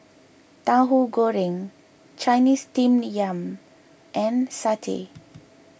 Tauhu Goreng Chinese Steamed Yam and Satay